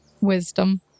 Wisdom